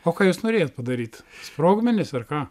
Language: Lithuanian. o ką jūs norėjot padaryt sprogmenis ar ką